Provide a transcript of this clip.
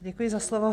Děkuji za slovo.